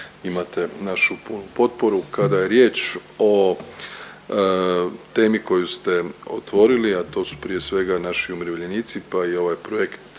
Imate našu punu potporu. Kada je riječ o temi koju ste otvorili, a to su prije svega naši umirovljenici pa i ovaj projekt